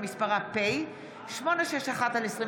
שמספרה פ/861/24.